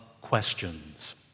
questions